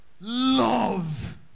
Love